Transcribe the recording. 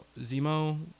Zemo